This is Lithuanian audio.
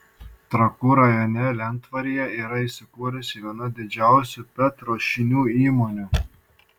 trakų rajone lentvaryje yra įsikūrusi viena didžiausių pet ruošinių įmonių